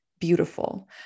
Beautiful